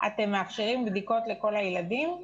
אתם מאפשרים בדיקות לכל הילדים?